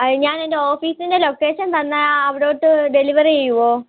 I ഞാൻ എൻ്റെ ഓഫീസിൻ്റെ ലൊക്കേഷൻ തന്നാൽ അവിടോട്ട് ഡെലിവറി ചെയ്യുമോ